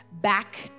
back